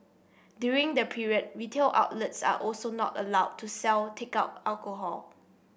during the period retail outlets are also not allowed to sell takeout alcohol